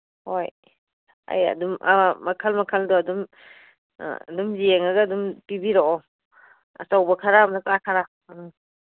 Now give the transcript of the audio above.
ꯍꯣꯏ ꯑꯩ ꯑꯗꯨꯝ ꯑ ꯃꯈꯜ ꯃꯈꯜꯗꯣ ꯑꯗꯨꯝ ꯑꯗꯨꯝ ꯌꯦꯡꯉꯒ ꯑꯗꯨꯝ ꯄꯤꯕꯤꯔꯛꯑꯣ ꯑꯆꯧꯕ ꯈꯔ ꯃꯆꯥ ꯈꯔ ꯑꯥ